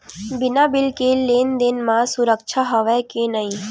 बिना बिल के लेन देन म सुरक्षा हवय के नहीं?